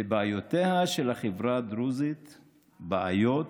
ובעיותיה של החברה הדרוזית הן בעיות